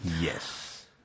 Yes